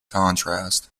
contrast